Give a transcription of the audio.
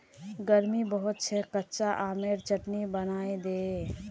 गर्मी बहुत छेक कच्चा आमेर चटनी बनइ दे